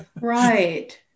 Right